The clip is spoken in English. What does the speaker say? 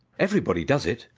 every body does it.